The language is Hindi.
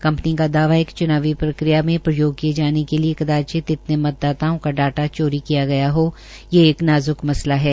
कंपनी का दावा है कि च्नावी प्रक्रिया में प्रयोग किये जाने के लिये कदाचित इतने मतदाताओं का डाटा चोरी किया गया हो ये एक नाजुक मसला है